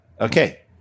Okay